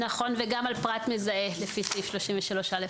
נכון, וגם על פרט מזהה לפי סעיף 33(א).